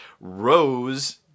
rose